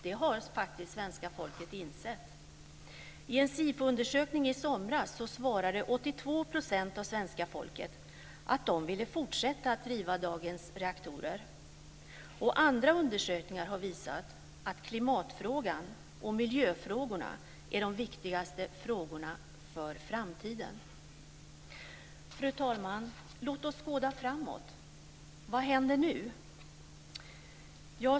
Det har faktiskt svenska folket insett. I en SIFO-undersökning i somras svarade 82 % av svenska folket att man ville ha fortsatt drift av dagens reaktorer. Andra undersökningar har visat att klimatfrågan och miljöfrågorna är de viktigaste frågorna för framtiden. Fru talman! Låt oss skåda framåt. Vad händer nu?